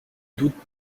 doutent